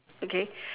okay